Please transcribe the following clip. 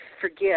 forget